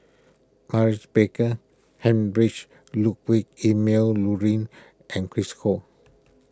Maurice Baker Heinrich Ludwig Emil Luering and Chris Ho